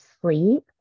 sleep